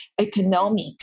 economics